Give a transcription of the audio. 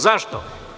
Zašto?